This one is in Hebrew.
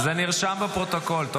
זה נרשם בפרוטוקול.